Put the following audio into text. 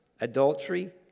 adultery